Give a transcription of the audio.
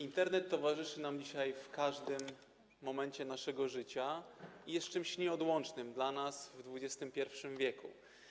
Internet towarzyszy nam dzisiaj w każdym momencie naszego życia i jest czymś nieodłącznym dla nas w XXI w.